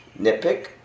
nitpick